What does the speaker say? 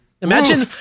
imagine